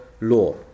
law